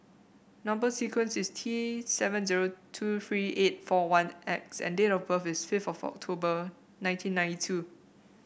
number sequence is T seven zero two three eight four one X and date of birth is fifth of October nineteen ninety two